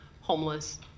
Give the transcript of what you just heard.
homeless